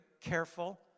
careful